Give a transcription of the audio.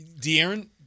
De'Aaron –